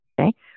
Okay